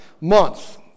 month